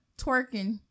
twerking